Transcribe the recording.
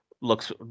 looks